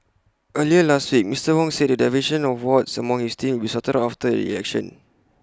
earlier last week Mister Wong said the division of wards among his team will sorted out after the election